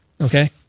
Okay